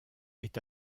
est